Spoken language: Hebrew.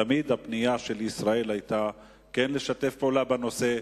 תמיד הפנייה של ישראל היתה כן לשתף פעולה בנושא.